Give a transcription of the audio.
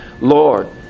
Lord